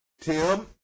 Tim